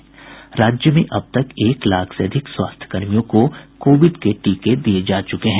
इधर राज्य में अब तक एक लाख से अधिक स्वास्थ्यकर्मियों को कोविड के टीके दिये जा चुके हैं